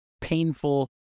painful